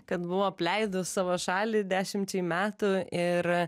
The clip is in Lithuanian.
kad buvau apleidus savo šalį dešimčiai metų ir